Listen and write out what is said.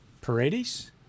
Paredes